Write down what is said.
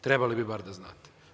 Trebali bi bar da znate.